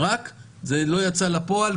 רק שזה לא יצא לפועל,